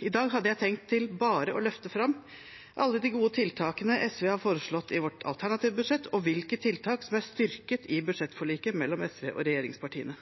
I dag hadde jeg tenkt bare å løfte fram alle de gode tiltakene SV har foreslått i vårt alternative budsjett, og hvilke tiltak som er styrket i budsjettforliket mellom SV og regjeringspartiene.